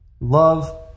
love